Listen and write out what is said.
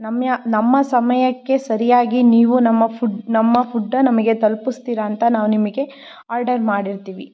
ನಮ್ಮ ನಮ್ಮ ಸಮಯಕ್ಕೆ ಸರಿಯಾಗಿ ನೀವು ನಮ್ಮ ಫುಡ್ ನಮ್ಮ ಫುಡ್ಡ ನಮಗೆ ತಲ್ಪಿಸ್ತೀರ ಅಂತ ನಾವು ನಿಮಗೆ ಆರ್ಡರ್ ಮಾಡಿರ್ತೀವಿ